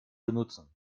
benutzen